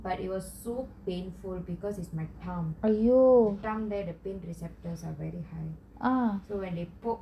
but it was so painful because is my palm my palm there the pain receptors are very high so when they poke